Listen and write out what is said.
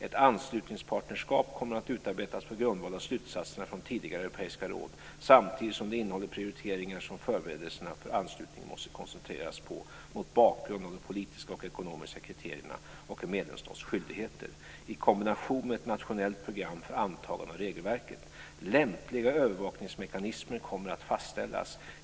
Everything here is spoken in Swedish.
Ett anslutningspartnerskap kommer att utarbetas på grundval av slutsatserna från tidigare europeiska råd, samtidigt som det innehåller prioriteringar som förberedelserna för anslutningen måste koncentreras på mot bakgrund av de politiska och ekonomiska kriterierna och en medlemsstats skyldigheter, i kombination med ett nationellt program för antagande av regelverket. Lämpliga övervakningsmekanismer kommer att fastställas.